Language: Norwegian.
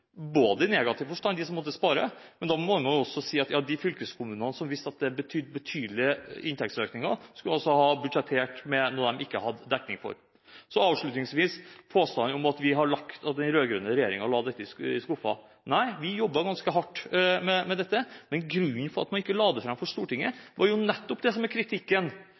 i negativ forstand for dem som måtte spare. Men da må også de fylkeskommunene som visste at dette ville bety betydelige inntektsøkninger, ha budsjettert med noe de ikke hadde dekning for. Avslutningsvis til påstanden om at den rød-grønne regjeringen la dette i skuffen: Nei, vi jobbet ganske hardt med dette, men grunnen til at man ikke la det fram for Stortinget, var jo nettopp det som er kritikken